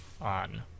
on